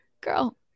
girl